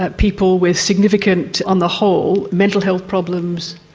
but people with significant, on the whole, mental health problems,